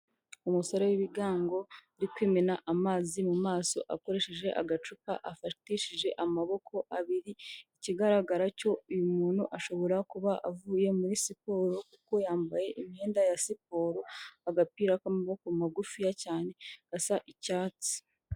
Umusore w'ibigango uri kwimena amazi mu maso akoresheje agacupa afatishije amaboko abiri, ikigaragara cyo uyu muntu ashobora kuba avuye muri siporo kuko yambaye imyenda ya siporo agapira k'amaboko magufiya cyane gasa icyatsi.